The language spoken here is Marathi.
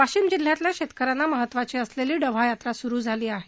वाशीम जिल्ह्यातल्या शेतकऱ्यांसाठी महत्वाची असलेली डव्हा यात्रा सुरू झाली आहे